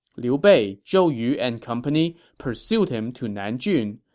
liu bei, zhou yu, and company pursued him to nanjun,